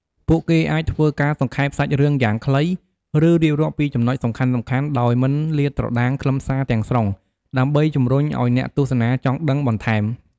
ពួកគេអាចធ្វើការសង្ខេបសាច់រឿងយ៉ាងខ្លី ឬរៀបរាប់ពីចំណុចសំខាន់ៗដោយមិនលាតត្រដាងខ្លឹមសារទាំងស្រុងដើម្បីជំរុញឱ្យអ្នកទស្សនាចង់ដឹងបន្ថែម។